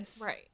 right